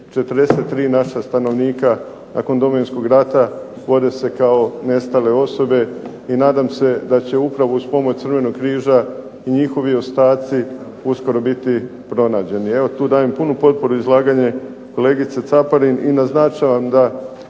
43 naša stanovnika nakon Domovinskog rata vode se kao nestale osobe i nadam se da će upravo uz pomoć Crvenog križa i njihovi ostaci uskoro biti pronađeni. Evo tu dajem punu potporu izlaganju kolegice Caparin i naznačavam da